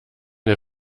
der